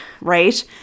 right